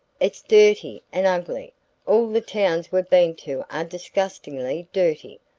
it's dirty and ugly all the towns we've been to are disgustingly dirty.